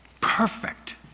perfect